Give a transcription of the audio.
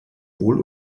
wohl